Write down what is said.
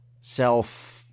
self